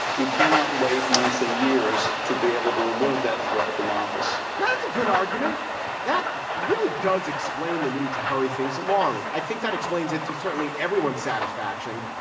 you cannot wait months and years to be able to remove that threat from office that's a good argument that really does explain the need to hurry things along. i think that explains it to certainly everyone's satisfaction.